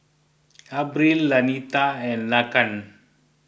Abril Lanita and Laken